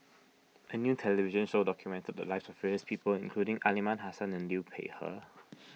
a new television show documented the lives of various people including Aliman Hassan and Liu Peihe